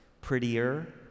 Prettier